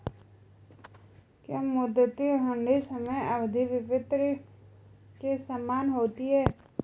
क्या मुद्दती हुंडी समय अवधि विपत्र के समान होती है?